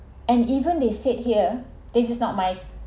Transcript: and even they said here this is not my